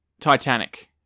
titanic